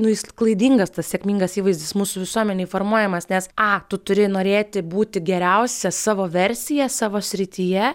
nu jis klaidingas tas sėkmingas įvaizdis mūsų visuomenėj formuojamas nes a tu turi norėti būti geriausia savo versiją savo srityje